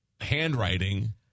handwriting